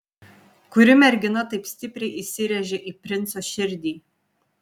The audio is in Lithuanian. kuri mergina taip stipriai įsirėžė į princo širdį